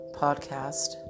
podcast